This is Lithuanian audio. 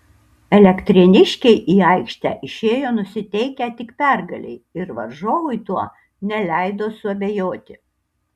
elektrėniškiai į aikštę išėjo nusiteikę tik pergalei ir varžovui tuo neleido suabejoti